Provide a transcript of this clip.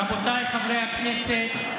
רבותיי חברי הכנסת,